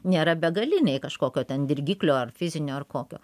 nėra begaliniai kažkokio ten dirgiklio ar fizinio ar kokio